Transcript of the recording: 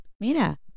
Mina